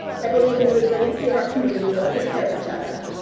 i believe in the resiliency of our community. we'll take care of each other.